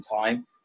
time